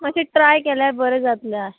मातशें ट्राय केल्यार बरें जातलें